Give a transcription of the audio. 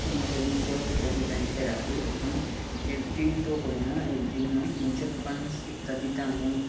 আমি সেভিংস করে সেটাকে ব্যাংকে রাখি এবং এফডি তো করি না এফডি না মিউচুয়্যাল ফান্ডস ইত্যাদিতে আমি